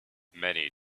many